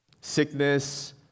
sickness